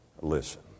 listen